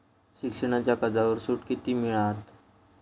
शिक्षणाच्या कर्जावर सूट किती मिळात?